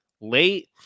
late